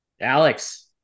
Alex